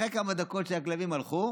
אחרי כמה דקות הכלבים הלכו